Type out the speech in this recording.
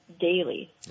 daily